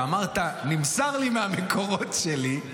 שאמרת: נמסר לי מהמקורות שלי.